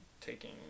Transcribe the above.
taking